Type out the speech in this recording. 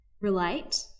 relate